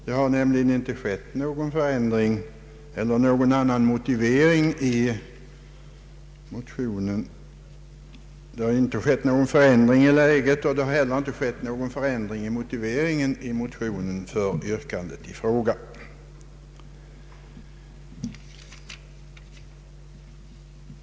Det har nämligen inte blivit någon förändring i läget och inte heller någon förändring i motionens motivering för yrkandet i fråga.